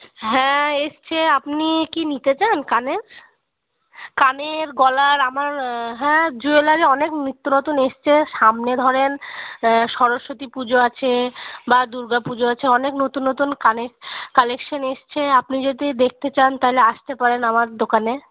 হ্যাঁ এসছে আপনি কি নিতে চান কানের কানের গলার আমার হ্যাঁ জুয়েলারি অনেক নিত্য নতুন এসছে সামনে ধরেন সরস্বতী পুজো আছে বা দুর্গা পুজো আছে অনেক নতুন নতুন কানে কালেকশান এসছে আপনি যদি দেখতে চান তাহলে আসতে পারেন আমার দোকানে